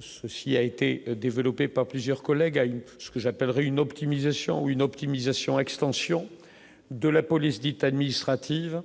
ceci a été développée par plusieurs collègues ce que j'appellerais une optimisation une optimisation, extension de la police dite administrative